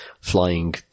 flying